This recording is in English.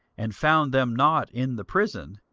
and found them not in the prison,